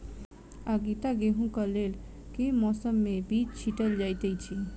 आगिता गेंहूँ कऽ लेल केँ मौसम मे बीज छिटल जाइत अछि?